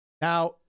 Now